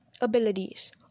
Abilities